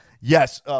yes